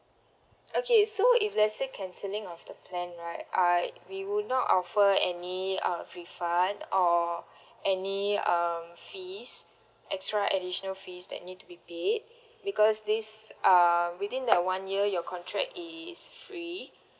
okay so if let's say cancelling of the plan right I we would not offer any uh refund or any um fees extra additional fees that need to be paid because this uh within the one year your contract is free